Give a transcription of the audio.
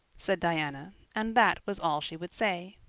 said diana, and that was all she would say.